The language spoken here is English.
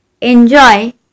enjoy